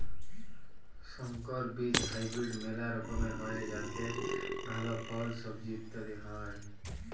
সংকর বীজ হাইব্রিড মেলা রকমের হ্যয় যাতে ভাল ফল, সবজি ইত্যাদি হ্য়য়